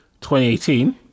2018